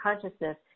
consciousness